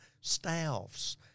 staffs